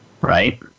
Right